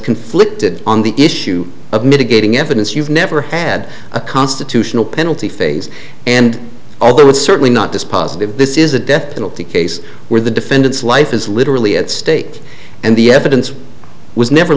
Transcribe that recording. conflicted on the issue of mitigating evidence you've never had a constitutional penalty phase and although it's certainly not dispositive this is a death penalty case where the defendant's life is literally at stake and the evidence was never